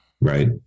right